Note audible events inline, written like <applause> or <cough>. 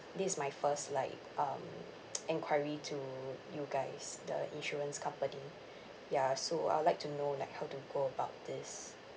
this my first like um <noise> enquiry to you guys the insurance company ya so I would like to know like how to go about this